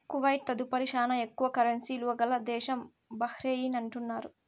Kuwait తదుపరి శానా ఎక్కువ కరెన్సీ ఇలువ గల దేశం బహ్రెయిన్ అంటున్నారు